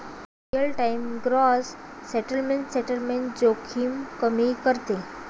real time gross settlement settlement जोखीम कमी करते